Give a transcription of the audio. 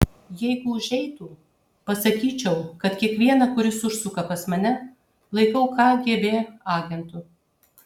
jeigu užeitų pasakyčiau kad kiekvieną kuris užsuka pas mane laikau kgb agentu